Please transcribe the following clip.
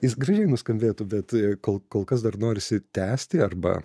ne jis gražiai nuskambėtų bet kol kol kas dar norisi tęsti arba